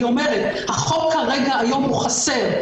החוק כרגע, היום, הוא חסר.